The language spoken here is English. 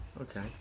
Okay